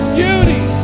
beauty